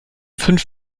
fünf